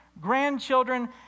grandchildren